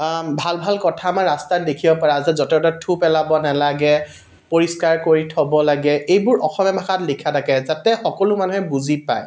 ভাল ভাল কথা আমাৰ ৰাস্তাত দেখিব পৰা আছে য'তে ত'তে থু পেলাব নালাগে পৰিষ্কাৰ কৰি থব লাগে এইবোৰ অসমীয়া ভাষাত লিখা থাকে যাতে সকলো মানুহে বুজি পায়